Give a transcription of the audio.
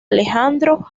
alejandro